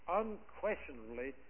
unquestionably